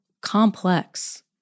complex